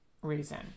reason